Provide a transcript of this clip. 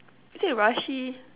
is it rushy